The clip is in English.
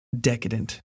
decadent